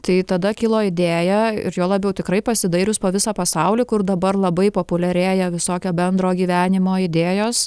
tai tada kilo idėja ir juo labiau tikrai pasidairius po visą pasaulį kur dabar labai populiarėja visokio bendro gyvenimo idėjos